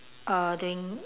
uh doing